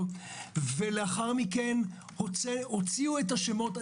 לאחר מכן הוציאו את השמות.